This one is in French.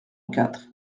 quatre